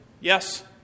yes